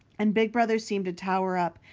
and big brother seemed to tower up,